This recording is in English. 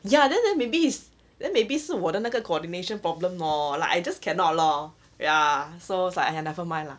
ya then then maybe is then maybe 是我的那个 coordination problem lor like I just cannot lor ya so like I have never mind lah